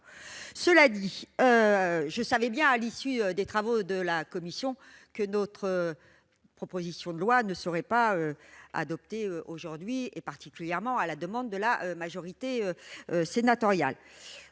rapport ! Je savais bien, à l'issue des travaux de la commission, que notre proposition de loi ne serait pas adoptée aujourd'hui, en particulier à la demande de la majorité sénatoriale.